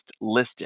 listed